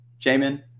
Jamin